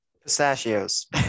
pistachios